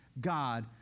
God